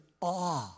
awe